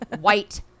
white